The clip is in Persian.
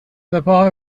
سپاه